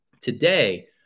Today